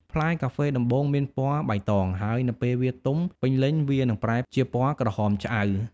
ផ្លែកាហ្វេដំបូងមានពណ៌បៃតង ហើយនៅពេលវាទុំពេញលេញវានឹងប្រែជាពណ៌ក្រហមឆ្អៅ។